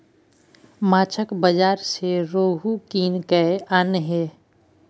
माछक बाजार सँ रोहू कीन कय आनिहे